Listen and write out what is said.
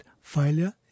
failure